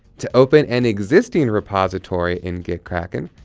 to open an existing repository in gitkraken,